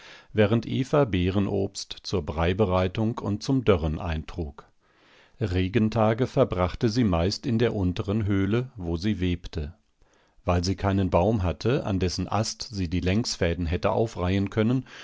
während eva beerenobst zur breibereitung und zum dörren eintrug regentage verbrachte sie meist in der unteren höhle wo sie webte weil sie keinen baum hatte an dessen ast sie die längsfäden hätte aufreihen können